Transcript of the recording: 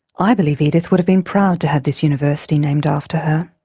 i believe edith would have been proud to have this university named after her.